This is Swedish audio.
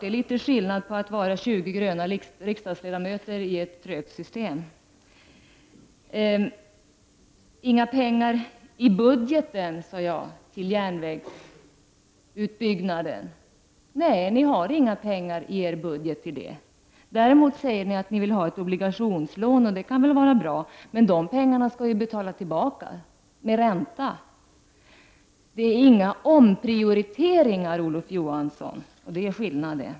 Vi har naturligtvis ett annat utgångsläge som 20 gröna ledamöter i ett trögt system. Jag sade tidigare att ni inte vill anvisa några pengar i budgeten till järnvägsutbyggnaden, och det vidhåller jag. Ni säger däremot att ni vill att ett obligationslån tas upp, och det kan ju vara bra, men de pengarna skall betalas tillbaka med ränta. Ni gör inga omprioriteringar, Olof Johansson, och det är skillnaden.